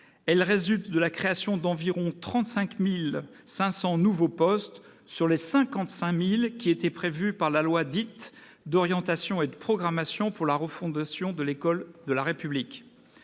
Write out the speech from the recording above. Elle résulte de la création d'environ 35 500 nouveaux postes sur les 55 000 postes prévus par la loi dite « d'orientation et de programmation pour la refondation de l'école de la République ».